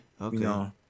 Okay